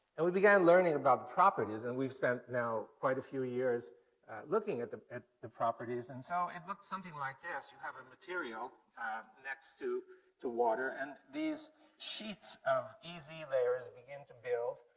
and we began learning about properties, and we've spent now quite a few years looking at the at the properties. and so it looks something like this you have a material next to to water and these sheets of ez layers begin to build,